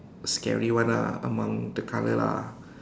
scary one lah among the color lah